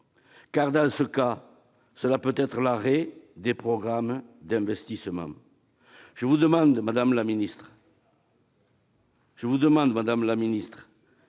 ce dernier cas, cela peut provoquer l'arrêt des programmes d'investissement. Je vous demande, madame la ministre,